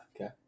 Okay